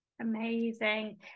Amazing